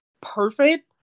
perfect